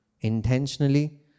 intentionally